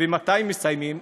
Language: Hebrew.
ומתי מסיימים?